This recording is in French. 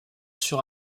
sur